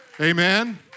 Amen